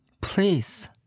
Please